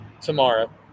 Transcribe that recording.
tomorrow